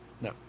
No